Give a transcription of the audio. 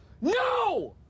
NO